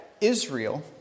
Israel